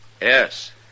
Yes